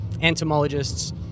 entomologists